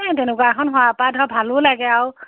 তেনেকুৱা এখন হোৱাৰপৰা ধৰ ভালোঁ লাগে আৰু